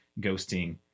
ghosting